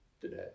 today